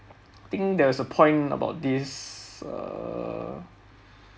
think there is a point about this err